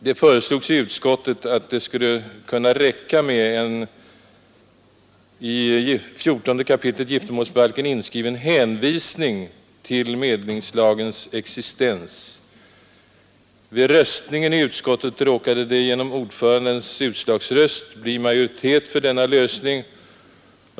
Det anfördes i utskottet att det skulle kunna räcka med en i 14 kap. giftermålsbalken inskriven hänvisning till medlingslagens existens. Vid röstningen i utskottet råkade det genom ordförandens utslagsröst bli majoritet för denna lösning.